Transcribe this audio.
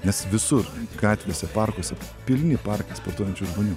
nes visur gatvėse parkuose pilni parkai sportuojančių žmonių